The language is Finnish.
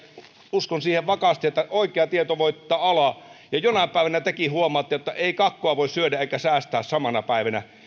uskon siihen vakaasti että oikea tieto voittaa alaa ja jonain päivänä tekin huomaatte että ei kakkua voi syödä ja säästää samana päivänä ja